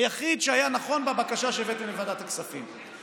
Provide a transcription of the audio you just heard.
היחיד, שהיה נכון בבקשה שהבאתם לוועדת הכספים.